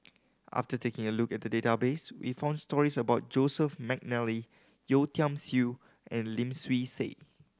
after taking a look at the database we found stories about Joseph McNally Yeo Tiam Siew and Lim Swee Say